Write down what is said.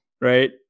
right